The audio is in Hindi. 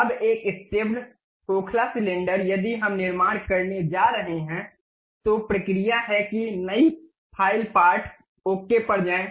अब एक स्टेप्ड खोखला सिलेंडर यदि हम निर्माण करने जा रहे हैं तो प्रक्रिया है की नई फ़ाइल पार्ट ओके पर जाए